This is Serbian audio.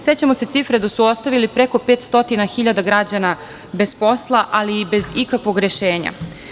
Sećamo se cifre da su ostavili preko 500 hiljada građana bez posla, ali i bez ikakvog rešenja.